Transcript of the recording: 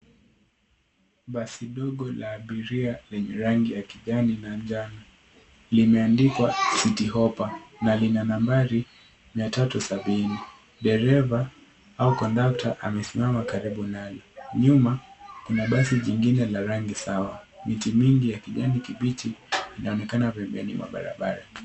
Basi ndogo la abiria lenye rangi ya kijani na njano limeandika City Hoppa na lina nambari mia tatu sabini. Dereva au kondakta amesimama karibu nalo. Nyuma, kuna basi jingine la rangi sawa. Miti mingi ya kijani kibichi inaonekana vyembeni mwa barabara.